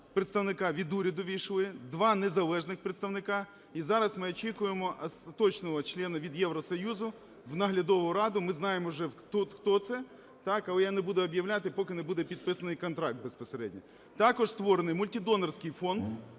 представники від уряду ввійшли, два незалежних представники. І зараз ми очікуємо остаточного члена від Євросоюзу в Наглядову раду, ми знаємо вже, хто це. Але я не буду об'являти, поки не буде підписаний контракт безпосередньо. Також створений мультидонорський фонд,